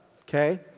Okay